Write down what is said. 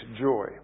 joy